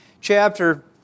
chapter